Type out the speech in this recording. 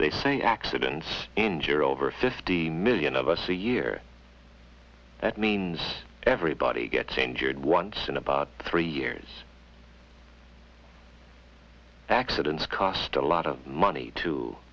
they say accidents in general over fifty million of us a year that means everybody gets injured once in about three years accidents cost a lot of money to